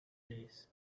days